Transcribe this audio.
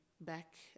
back